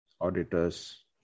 auditors